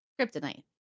Kryptonite